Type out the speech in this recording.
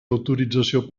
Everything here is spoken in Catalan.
autorització